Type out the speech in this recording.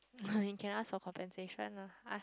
you can ask for compensation ah